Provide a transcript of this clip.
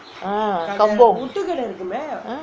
ah kampung